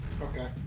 Okay